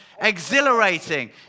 exhilarating